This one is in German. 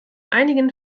einigen